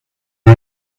you